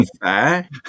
fair